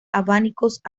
abanicos